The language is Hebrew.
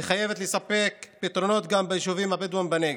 היא חייבת לספק פתרונות גם ביישובים הבדואיים בנגב.